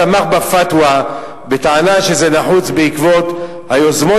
תמך ב"פתווה" בטענה שזה נחוץ בעקבות היוזמות